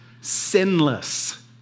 sinless